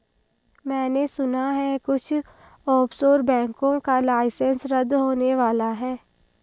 मैने सुना है कुछ ऑफशोर बैंकों का लाइसेंस रद्द होने वाला है